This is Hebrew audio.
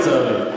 לצערי,